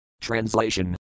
TRANSLATION